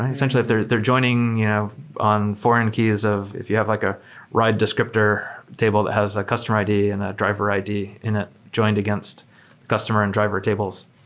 ah essentially if they're they're joining yeah on foreign keys of if you have like a ride descriptor table that has a customer id and a driver id in it joined against customer and driver tables,